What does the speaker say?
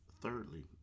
Thirdly